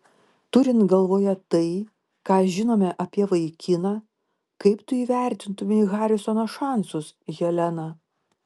turint galvoje tai ką žinome apie vaikiną kaip tu įvertintumei harisono šansus helena